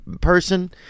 person